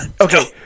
Okay